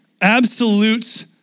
Absolute